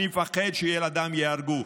אני מפחד שילדיי ייהרגו.